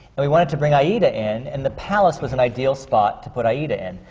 and we wanted to bring aida in, and the palace was an ideal spot to put aida in.